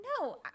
No